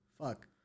Fuck